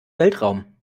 weltraum